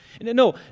No